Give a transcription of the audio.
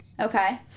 Okay